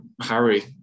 Harry